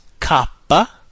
Kappa